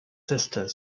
sister